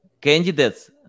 candidates